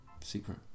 Secret